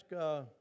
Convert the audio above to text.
ask